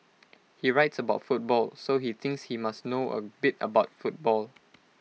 he writes about football so he thinks he must know A bit about football